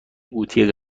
قوطی